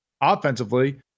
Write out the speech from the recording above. offensively